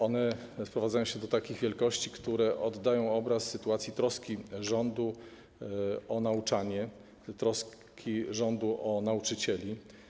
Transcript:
One sprowadzają się do takich wielkości, które oddają obraz sytuacji, troski rządu o nauczanie, troski rządu o nauczycieli.